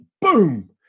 boom